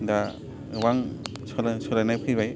दा गोबां सोलाय सोलायनाय फैबाय